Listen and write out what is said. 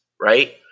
right